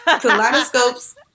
Kaleidoscopes